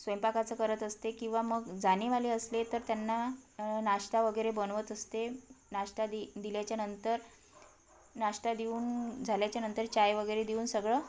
स्वयंपाकाचं करत असते किंवा मग जानेवाले असले तर त्यांना नाश्ता वगैरे बनवत असते नाश्ता दि दिल्याच्यानंतर नाश्ता देऊन झाल्याच्या नंतर चाय वगैरे देऊन सगळं